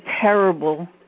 terrible